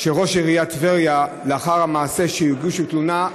ראש עיריית טבריה, לאחר המעשה שהגישו עליו תלונה,